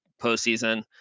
postseason